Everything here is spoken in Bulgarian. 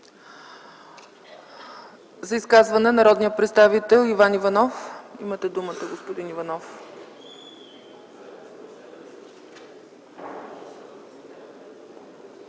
има думата народният представител Иван Иванов. Имате думата, господин Иванов.